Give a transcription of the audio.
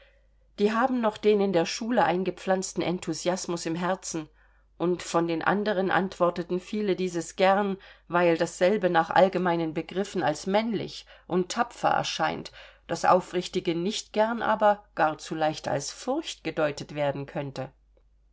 die haben noch den in der schule eingepflanzten enthusiasmus im herzen und von den anderen antworteten viele dieses gern weil dasselbe nach allgemeinen begriffen als männlich und tapfer erscheint das aufrichtige nicht gern aber gar zu leicht als furcht gedeutet werden könnte